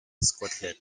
scotland